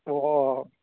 ꯑꯣ ꯑꯣ